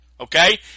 Okay